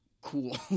cool